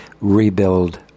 rebuild